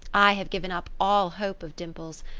i have given up all hope of dimples.